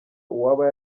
uwaba